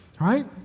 right